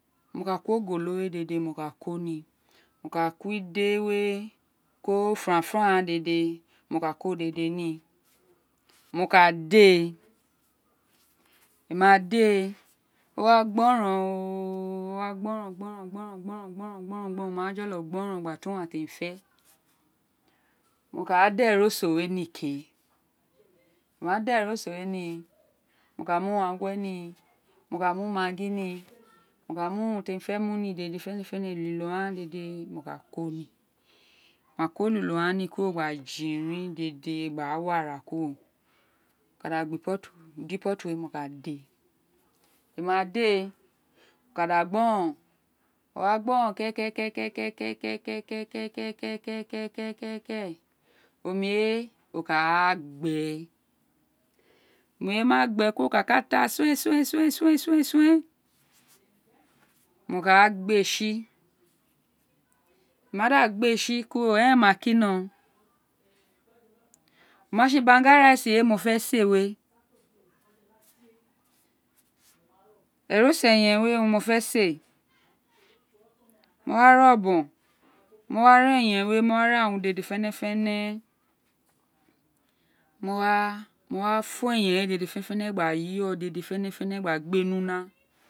Mo ka ko ogolo we dédè mo ka ko ní i mo ka ko ide we ko franfran ghaan dèdé ní mo ka ko dèdé ní mo ka de emí ma di éè o wa gbaron oooo owa gboron gboron gboron gboron o baa jolò gboron gba tu wi tí mo fé mo ka da eroso we ní ke mo ma da eroso we ní ke mo ka mu unwenghe ní mo ka mu maggi ní mo ka mu urun tí emí fé mu ní dèdé fénèfene elilo ghaan dede mo ka koni mo ma ko elilo ghaan ní kuro gba jirin bi dede gba wi ara kuro mo ka da guwi pottu ude pottu mo ka de mo ma de o ka da gboron o wa gboron ke ke ke ke ke ke ke ke omí we o ka gbé omí we ma gbé kuro wo mo ka gbe tsi wo ma da gbe tsi kuro érèn ma kinó o ma tsi banga rice tie mofé si éè we eroso eyen we mo fé si éè mo wa re ọbọn mo wa eyen we do ye ton mo wa ra urun dèdé fénèfen mo ma mo wa fó eyen we dèdè fenefene gba yu dèdè fenefene gba gbe ní una